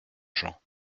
gens